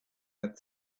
had